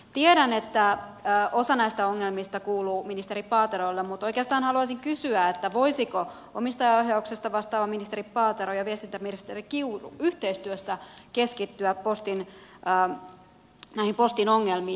tiedän että osa näistä ongelmista kuuluu ministeri paaterolle mutta oikeastaan haluaisin kysyä voisivatko omistajaohjauksesta vastaava ministeri paatero ja viestintäministeri kiuru yhteistyössä keskittyä näihin postin ongelmiin